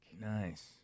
Nice